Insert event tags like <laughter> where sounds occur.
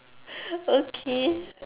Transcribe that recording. <breath> okay